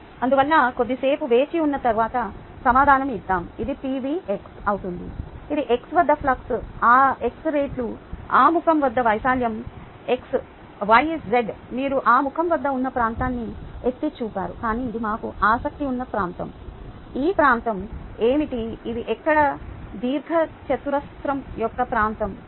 అందువల్ల కొద్దిసేపు వేచి ఉన్న తరువాత సమాధానం ఇద్దాం అది అవుతుంది ఇది x వద్ద ఫ్లక్స్ ఆ x రెట్లు ఆ ముఖం యొక్క వైశాల్యం ∆y ∆z మీరు ఆ ముఖం వద్ద ఉన్న ప్రాంతాన్ని ఎత్తి చూపారు కానీ ఇది మాకు ఆసక్తి ఉన్న ప్రాంతం ఈ ప్రాంతం ఏమిటి ఇది ఇక్కడ దీర్ఘచతురస్రం యొక్క ప్రాంతం ఇది ∆y ∆z